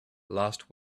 last